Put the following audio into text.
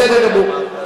בסדר גמור.